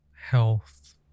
health